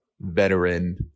veteran